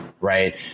right